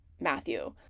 Matthew